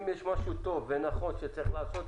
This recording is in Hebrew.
אם יש משהו טוב ונכון שצריך לעשות,